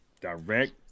Direct